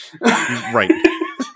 Right